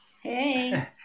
Hey